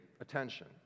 attention